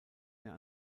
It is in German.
mehr